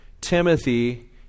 Timothy